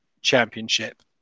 Championship